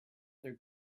their